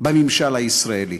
בממשל הישראלי.